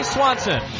Swanson